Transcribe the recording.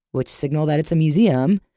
which signal that it's a museum,